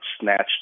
snatched